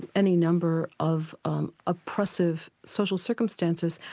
any number of oppressive social circumstances,